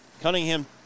Cunningham